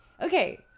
okay